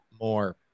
more